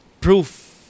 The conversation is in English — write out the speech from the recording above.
proof